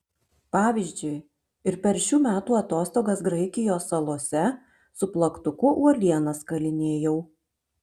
pavyzdžiui ir per šių metų atostogas graikijos salose su plaktuku uolienas kalinėjau